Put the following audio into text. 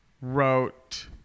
wrote